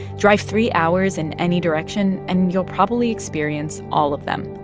drive three hours in any direction, and you'll probably experience all of them.